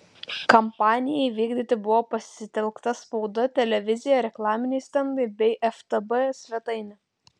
kampanijai vykdyti buvo pasitelkta spauda televizija reklaminiai stendai bei ftb svetainė